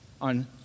on